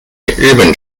日本